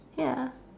ya